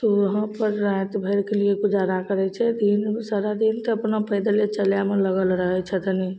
तऽ वहाँपर राति भरिके लिए गुजारा करय छै दिन सारा दिन तऽ अपना पैदले चलयमे लगल रहय छथनी